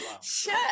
Shut